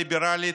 ליברלית,